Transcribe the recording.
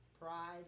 Pride